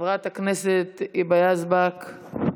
חברת הכנסת היבה יזבק,